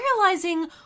realizing